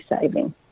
saving